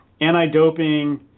anti-doping